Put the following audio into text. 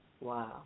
Wow